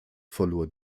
verlor